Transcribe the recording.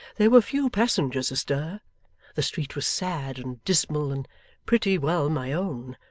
there were few passengers astir the street was sad and dismal, and pretty well my own.